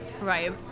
Right